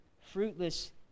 fruitless